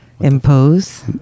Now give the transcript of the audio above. Impose